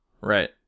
Right